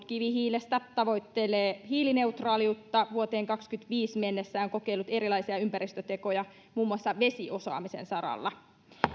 kivihiilestä tavoittelee hiilineutraaliutta vuoteen kahdessakymmenessäviidessä mennessä ja on kokeillut erilaisia ympäristötekoja muun muassa vesiosaamisen saralla